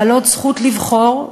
בעלות זכות לבחור,